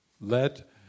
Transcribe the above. Let